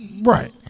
Right